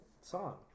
song